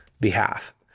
behalf